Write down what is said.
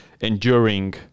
enduring